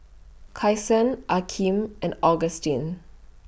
Kyson Akeem and Agustin